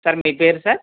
sir మీ పేరు sir